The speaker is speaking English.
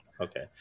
okay